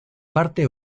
parte